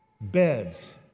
Beds